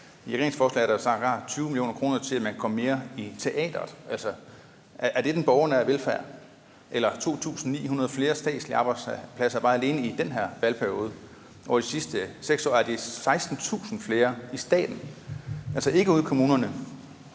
I regeringsforslaget er der sågar 20 mio. kr. til, at man kan komme mere i teateret. Altså, er det den borgernære velfærd? Eller det er 2.900 flere statslige arbejdspladser alene i den her valgperiode, og de sidste 6 år er det 16.000 flere i staten, altså ikke ude i kommunerne,